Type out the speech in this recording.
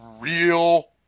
real